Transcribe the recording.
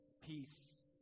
peace